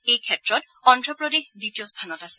এইক্ষেত্ৰত অন্ধ্ৰপ্ৰদেশ দ্বিতীয় স্থানত আছে